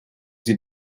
sie